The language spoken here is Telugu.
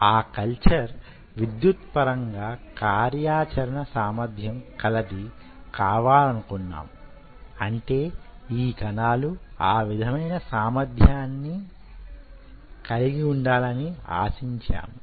ఆ కల్చర్ విద్యుత్పరంగా కార్యాచరణ సామర్ధ్యం కలది కావాలనుకున్నాము అంటే కణాలు ఆ విధమైన సామర్ధ్యాన్ని కలిగి వుండాలని ఆశించాము